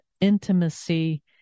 intimacy